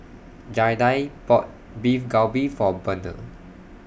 Jaida bought Beef Galbi For Burnell